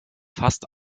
fast